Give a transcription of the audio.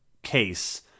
case